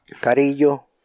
Carillo